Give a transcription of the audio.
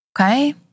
okay